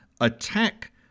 attack